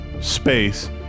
space